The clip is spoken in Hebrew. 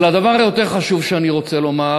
אבל הדבר היותר-חשוב שאני רוצה לומר: